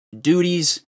duties